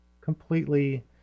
completely